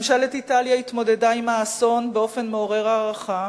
ממשלת איטליה התמודדה עם האסון באופן מעורר הערכה,